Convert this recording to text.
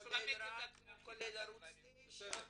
בסדר.